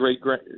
great